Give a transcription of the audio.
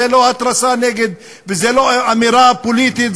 זו לא התרסה נגד וזו לא אמירה פוליטית,